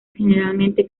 generalmente